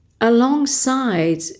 alongside